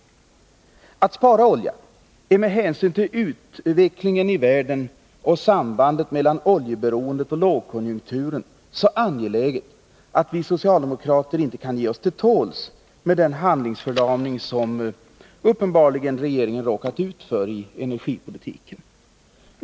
Att spara olja är med hänsyn till utvecklingen i världen och sambandet mellan oljeberoende och lågkonjunkturer så angeläget att vi socialdemokrater inte kan ge oss till tåls med den handlingsförlamning som regeringen uppenbarligen har råkat ut för i energipolitiken.